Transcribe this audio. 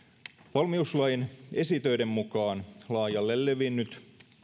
valmiuslain esitöiden mukaan laajalle levinnyt